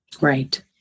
Right